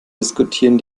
diskutieren